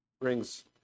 brings